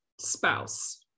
spouse